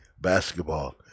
Basketball